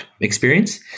experience